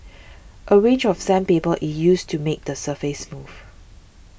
a range of sandpaper is used to make the surface smooth